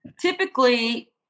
typically